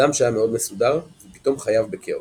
אדם שהיה מאוד מסודר, ופתאום חייו בכאוס.